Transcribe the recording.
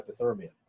hypothermia